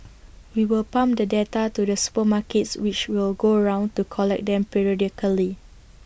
we will pump the data to the supermarkets which will go around to collect them periodically